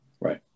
Right